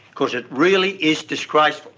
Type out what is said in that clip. because it really is disgraceful.